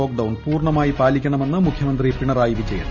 lockdown പൂർണമായി പാലിക്കണമെന്ന് മുഖ്യ മന്ത്രി പിണറായി വിജയൻ